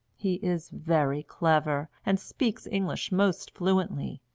he is very clever, and speaks english most fluently,